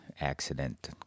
accident